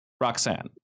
Roxanne